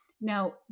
Now